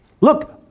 Look